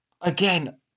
again